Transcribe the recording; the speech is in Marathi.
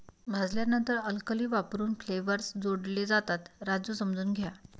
भाजल्यानंतर अल्कली वापरून फ्लेवर्स जोडले जातात, राजू समजून घ्या